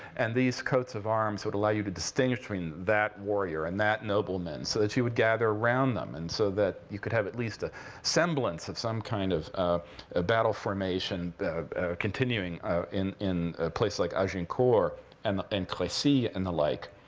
and these coats of arms would allow you to distinguish between that warrior and that nobleman. so that you would gather around them, and so that you could have at least a semblance of some kind of ah battle formation continuing in in a place like agincourt and crecy and the like.